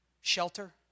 shelter